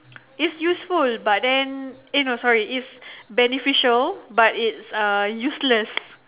is useful but then eh no sorry is beneficial but it's uh useless